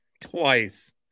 twice